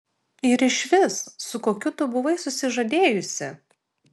ir išvis su kokiu tu buvai susižadėjusi